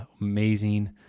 amazing